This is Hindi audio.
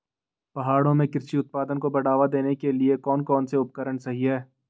पहाड़ों में कृषि उत्पादन को बढ़ावा देने के लिए कौन कौन से उपकरण सही हैं?